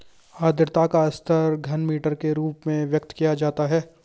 आद्रता का स्तर घनमीटर के रूप में व्यक्त किया जाता है